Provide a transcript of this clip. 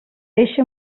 eixe